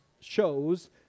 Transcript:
shows